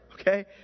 okay